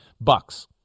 bucks